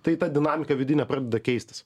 tai ta dinamika vidinė pradeda keistis